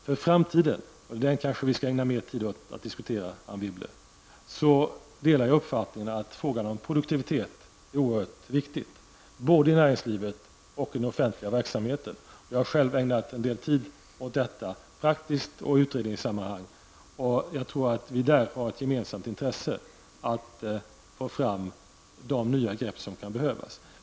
För framtiden -- som vi kanske skall ägna mer tid åt att diskutera, Anne Wibble -- delar jag uppfattningen att frågan om produktiviteten är oerhört viktig, både i näringslivet och i den offentliga verksamheten. Jag har själv ägnat en del tid åt detta, praktiskt och i utredningssammanhang, och jag tror att vi där har ett gemensamt intresse att ta fram de nya grepp som kan behövas.